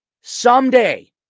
Someday